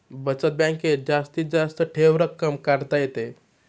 बचत बँकेत जास्तीत जास्त ठेव रक्कम काढता येते